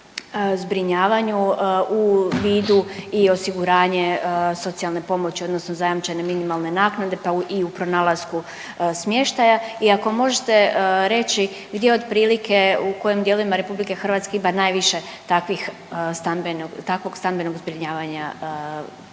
u vidu i osiguranje socijalne pomoći odnosno zajamčene minimalne naknade pa i u pronalasku smještaja. I ako možete reći gdje otprilike, u kojim dijelovima RH ima najviše takvih stambenih, takvog stambenog zbrinjavanja inače